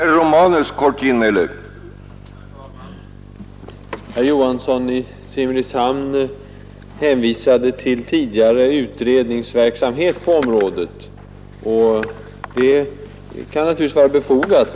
Herr talman! Herr Johansson i Simrishamn hänvisade till tidigare utredningsverksamhet på området, och det kan naturligtvis vara befogat.